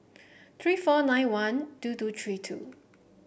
three four nine one two two three two